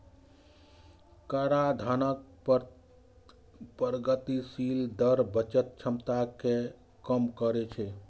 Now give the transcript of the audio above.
कराधानक प्रगतिशील दर बचत क्षमता कें कम करै छै